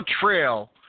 trail